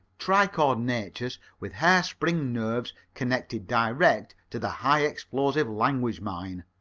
tri-chord natures, with hair-spring nerves connected direct to the high-explosive language-mine.